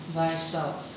thyself